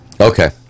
Okay